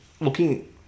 looking